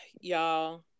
y'all